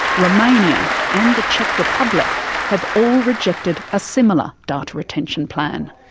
romania and the czech republic have all rejected a similar data retention plan.